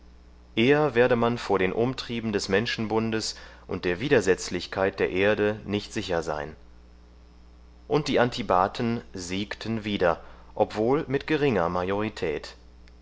eher werde man vor den umtrieben des menschenbundes und der widersetzlichkeit der erde nicht sicher sein und die antibaten siegten wieder obwohl mit geringer